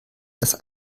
das